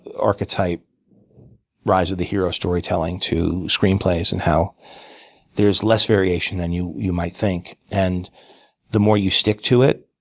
archetype rise of the hero storytelling to screenplays, and how there's less variation than you you might think. and the more you stick to it,